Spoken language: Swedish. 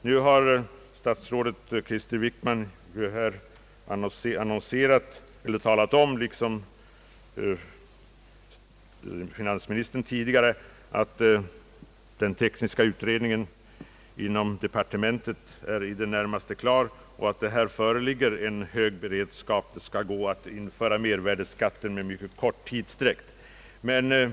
Nu har statsrådet Wickman talat om, liksom finansministern gjort tidigare, att den tekniska utredningen inom departementet är i det närmaste klar och att det i det avseendet föreligger en hög beredskap. Det skall gå att införa mervärdeskatt med mycket kort varsel.